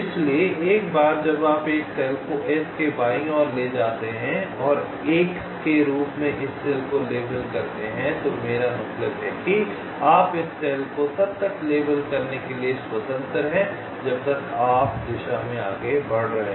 इसलिए एक बार जब आप एक सेल को S के बाईं ओर ले जाते हैं और 1 के रूप में इस सेल को लेबल करते हैं तो मेरा मतलब है कि आप इस सेल को तब तक लेबल करने के लिए स्वतंत्र हैं जब तक आप दिशा में आगे बढ़ रहे हैं